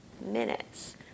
minutes